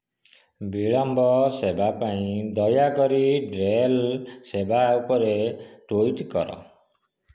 ବିଳମ୍ବ ସେବା ପାଇଁ ଦୟାକରି ଡେଲ୍ ସେବା ଉପରେ ଟ୍ୱିଟ୍ କର